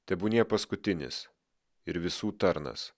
tebūnie paskutinis ir visų tarnas